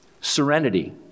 serenity